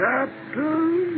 Captain